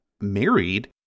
married